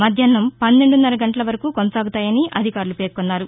మధ్యాహ్నం పన్నెందున్నర గంటల వరకు కొనసాగుతాయని అధికారులు పేర్కొన్నారు